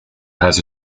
has